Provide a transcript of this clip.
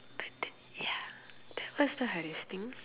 but then ya that was the hardest thing